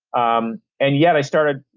um and yet i started.